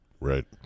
Right